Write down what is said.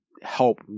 help